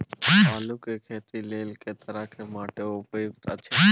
आलू के खेती लेल के तरह के माटी उपयुक्त अछि?